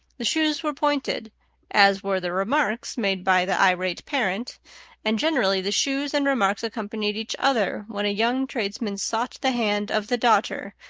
the shoes were pointed as were the remarks made by the irate parent and generally the shoes and remarks accompanied each other when a young tradesman sought the hand of the daughter,